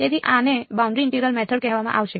તેથી આને boundary integral method કહેવામાં આવશે